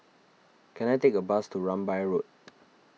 can I take a bus to Rambai Road